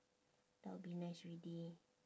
that will be nice already